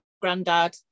granddad